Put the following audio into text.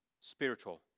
spiritual